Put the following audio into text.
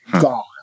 gone